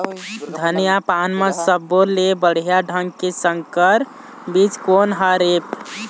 धनिया पान म सब्बो ले बढ़िया ढंग के संकर बीज कोन हर ऐप?